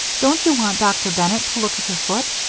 don't you want dr. bennett to look at your foot?